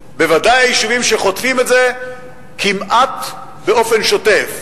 בוודאי היישובים שחוטפים את זה כמעט באופן שוטף,